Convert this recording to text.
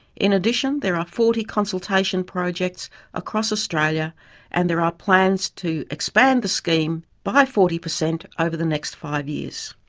in addition, there are forty consultation projects across australia and there are plans to expand the scheme by forty per cent over the next five years.